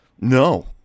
No